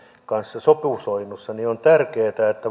kanssa sopusoinnussa on tärkeätä että